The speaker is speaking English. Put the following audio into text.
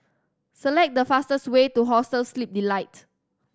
select the fastest way to Hostel Sleep Delight